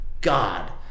God